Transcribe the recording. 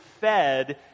fed